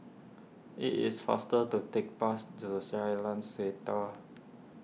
it is faster to take bus to Setia